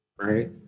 right